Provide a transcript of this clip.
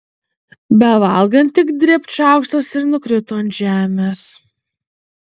bevalgant tik dribt šaukštas ir nukrito ant žemės